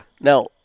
Now